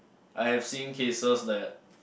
I have seen cases that